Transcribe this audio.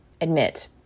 admit